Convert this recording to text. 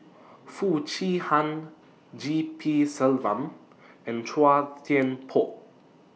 Foo Chee Han G P Selvam and Chua Thian Poh